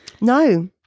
No